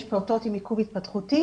יש פעוטות עם עיכוב התפתחותי,